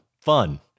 fun